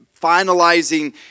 finalizing